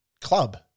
club